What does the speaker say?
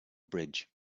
bridge